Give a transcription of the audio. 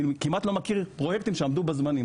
אני כמעט לא מכיר פרויקטים שעמדו בזמנים,